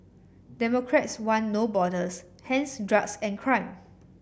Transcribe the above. democrats one No Borders hence drugs and crime